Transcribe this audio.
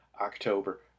October